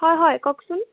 হয় হয় কওকচোন